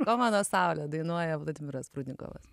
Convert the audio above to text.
o mano saule dainuoja vladimiras prudnikovas